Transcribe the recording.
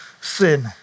sin